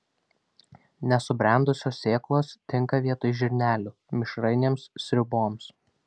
nesubrendusios sėklos tinka vietoj žirnelių mišrainėms sriuboms